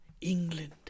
England